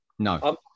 No